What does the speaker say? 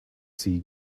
sea